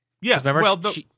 Yes